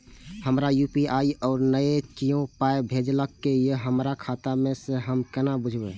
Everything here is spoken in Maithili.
हमरा यू.पी.आई नय छै कियो पाय भेजलक यै हमरा खाता मे से हम केना बुझबै?